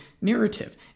narrative